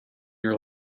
your